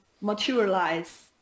materialize